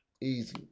Easy